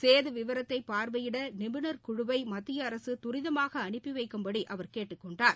சேதவிவரத்தைபார்வையிடநிபுணர் குழுவைமத்தியஅரசுதரிதமாகஅனுப்பிவைக்கும்படிஅவர் கேட்டுக் கொண்டார்